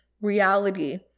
reality